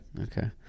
Okay